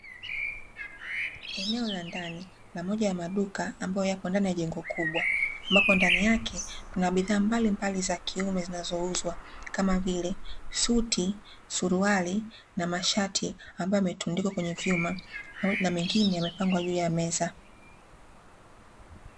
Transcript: Eneo la ndani la moja ya maduka ambayo yapo ndani ya jengo kubwa, ambapo ndani yake kuna bidhaa mbalimbali za kiume zinazouzwa kama vile suti, suruali na mashati ambayo yametundikwa juu ya vyuma na mengine yamepangwa juu ya meza.